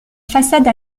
façade